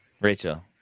rachel